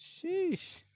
Sheesh